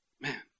Man